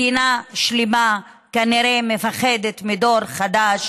מדינה שלמה, כנראה, מפחדת מדור חדש